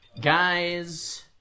Guys